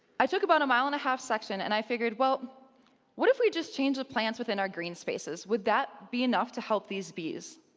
i took about a mile-and-a-half section, and i figured, what if we just changed the plants within our green spaces? would that be enough to help these bees?